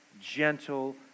gentle